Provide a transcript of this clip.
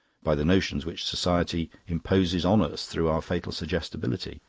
by the notions which society imposes on us through our fatal suggestibility,